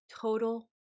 total